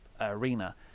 Arena